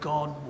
God